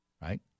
right